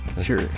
Sure